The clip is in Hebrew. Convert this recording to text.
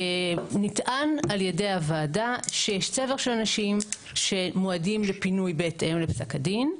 נטען על ידי הוועדה שיש צבר של אנשים שמיועדים לפינוי בהתאם לפסק הדין,